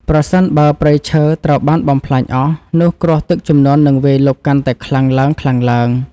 ប្រសិនបើព្រៃឈើត្រូវបានបំផ្លាញអស់ នោះគ្រោះទឹកជំនន់នឹងវាយលុកកាន់តែខ្លាំងឡើងៗ។